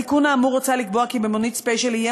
בתיקון האמור הוצע לקבוע כי במונית ספיישל יהיה